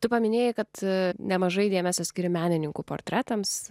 tu paminėjai kad nemažai dėmesio skiri menininkų portretams